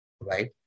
right